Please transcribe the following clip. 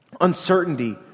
uncertainty